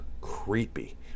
creepy